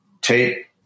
Tape